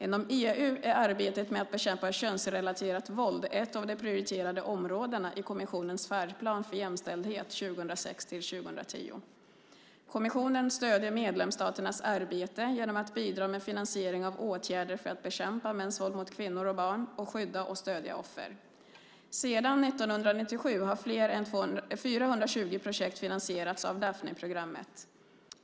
Inom EU är arbetet med att bekämpa könsrelaterat våld ett av de prioriterade områdena i kommissionens färdplan för jämställdhet 2006-2010. Kommissionen stöder medlemsstaternas arbete genom att bidra med finansiering av åtgärder för att bekämpa mäns våld mot kvinnor och barn och skydda och stödja offer. Sedan 1997 har fler än 420 projekt finansierats av Daphneprogrammet.